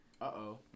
Uh-oh